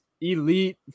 elite